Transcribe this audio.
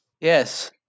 Yes